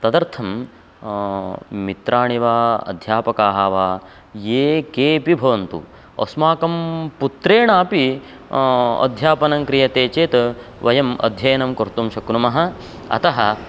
तदर्थं मित्राणि वा अध्यापकाः वा ये केऽपि भवन्तु अस्माकं पुत्रेणापि अध्यापनं क्रियते चेत् वयम् अध्ययनं कर्तुं शक्नुमः अतः